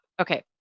okay